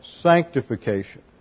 sanctification